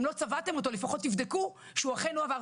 אם לא צבעתם אותו לפחות תבדקו שהוא אכן הועבר.